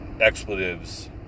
Expletives